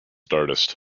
artist